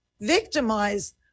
victimized